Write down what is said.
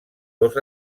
dos